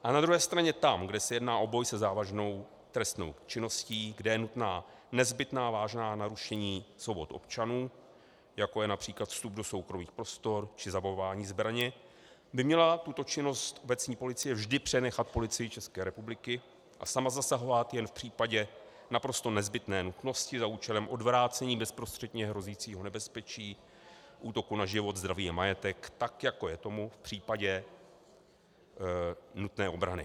Na druhé straně tam, kde se jedná o boj se závažnou trestnou činností, kde jsou nutná nezbytná vážná narušení svobod občanů, jako je například vstup do soukromých prostor či zabavování zbraně, by měla tuto činnost obecní policie vždy přenechat Policii České republiky a sama zasahovat jen v případě naprosto nezbytné nutnosti za účelem odvrácení bezprostředně hrozícího nebezpečí útoku na život, zdraví a majetek, tak jako je tomu v případě nutné obrany.